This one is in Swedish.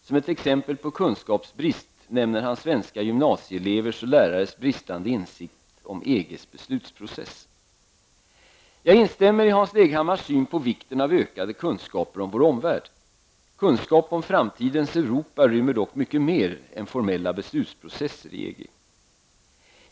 Som ett exempel på kunskapsbrist nämner han svenska gymnasieelevers och lärares bristande insikt om Jag instämmer i Hans Leghammars syn på vikten av ökade kunskaper om vår omvärld. Kunskap om framtidens Europa rymmer dock mycket mer än formella beslutsprocesser i EG.